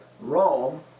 Rome